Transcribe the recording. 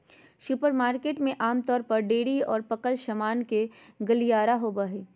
supermarket में आमतौर पर डेयरी और पकल सामान के गलियारा होबो हइ